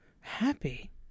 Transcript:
Happy